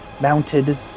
mounted